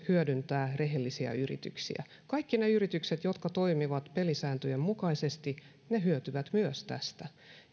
hyödyttää rehellisiä yrityksiä kaikki ne yritykset jotka toimivat pelisääntöjen mukaisesti hyötyvät myös tästä